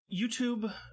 YouTube